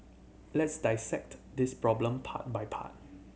let's dissect this problem part by part